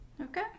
Okay